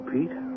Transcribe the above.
Pete